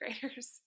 graders